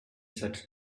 said